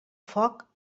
foc